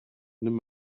nimm